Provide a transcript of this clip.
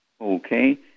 Okay